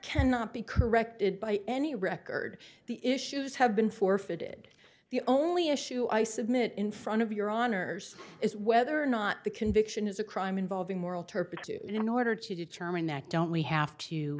cannot be corrected by any record the issues have been forfeited the only issue i submit in front of your honor's is whether or not the conviction is a crime involving moral turpitude in order to determine that don't we have to